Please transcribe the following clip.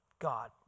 God